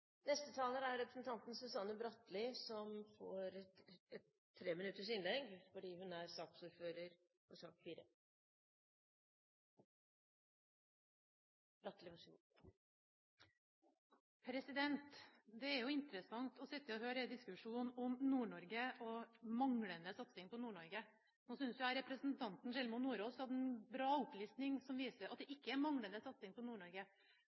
Neste taler er Susanne Bratli, som får ordet til et treminuttersinnlegg fordi hun er saksordfører for sak nr. 4. Det er jo interessant å sitte og høre diskusjonen om Nord-Norge og manglende satsing på Nord-Norge. Nå synes jeg representanten Sjelmo Nordås hadde en bra opplisting som viser at det ikke er manglende satsing på